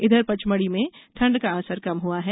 इधर पचमढी में ठंड का असर कम हैआ है